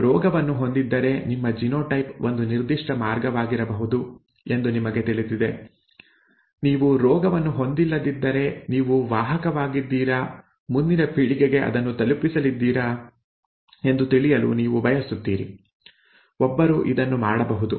ನೀವು ರೋಗವನ್ನು ಹೊಂದಿದ್ದರೆ ನಿಮ್ಮ ಜಿನೋಟೈಪ್ ಒಂದು ನಿರ್ದಿಷ್ಟ ಮಾರ್ಗವಾಗಿರಬಹುದು ಎಂದು ನಿಮಗೆ ತಿಳಿದಿದೆ ನೀವು ರೋಗವನ್ನು ಹೊಂದಿಲ್ಲದಿದ್ದರೆ ನೀವು ವಾಹಕವಾಗಿದ್ದೀರಾ ಮುಂದಿನ ಪೀಳಿಗೆಗೆ ಅದನ್ನು ತಲುಪಿಸಲಿದ್ದೀರಾ ಎಂದು ತಿಳಿಯಲು ನೀವು ಬಯಸುತ್ತೀರಿ ಒಬ್ಬರು ಇದನ್ನು ಮಾಡಬಹುದು